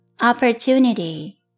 OPPORTUNITY